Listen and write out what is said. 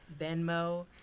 Venmo